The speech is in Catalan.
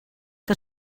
que